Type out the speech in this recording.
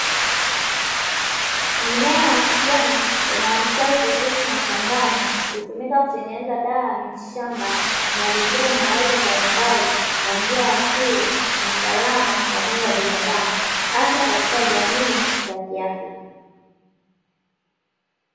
Mmea wa kijani unaostawi vizuri mashambani hutumika kutengeneza dawa za mitishamba, zinazotibu maradhi mbalimbali kwa njia asili na salama kwa mwili wa binadamu, hasa katika jamii za kiafrika.